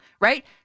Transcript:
right